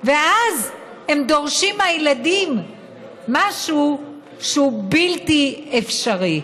ואז הם דורשים מהילדים משהו שהוא בלתי אפשרי.